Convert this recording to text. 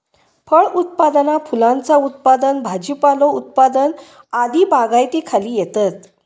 फळ उत्पादना फुलांचा उत्पादन भाजीपालो उत्पादन आदी बागायतीखाली येतत